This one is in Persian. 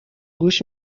گوش